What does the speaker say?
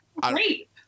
Great